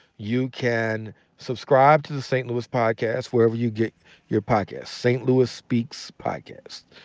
you can subscribe to the st. louis podcast wherever you get your podcasts. st. louis speak so podcast.